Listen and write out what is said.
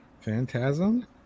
Phantasm